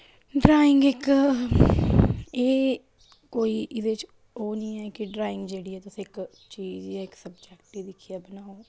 drawing इक एह् कोई एह्दे च ओह् नी ऐ कि ड्राइंग जेह्ड़ी ऐ तुस इक चीज जां इक सब्जेक्ट गी दिक्खियै बनाओ